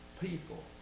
people